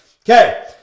okay